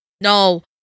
No